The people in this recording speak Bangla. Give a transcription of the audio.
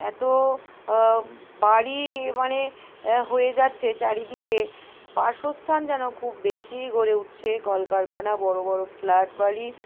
এত বাড়ি মানে হয়ে যাচ্ছে চারিদিকে বাসস্থান যেন খুব বেশি গড়ে উঠছে কলকারখানা বড়ো বড়ো ফ্ল্যাট বাড়ি